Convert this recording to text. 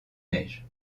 neiges